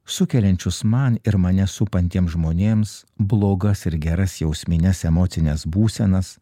sukeliančius man ir mane supantiem žmonėms blogas ir geras jausmines emocines būsenas